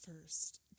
first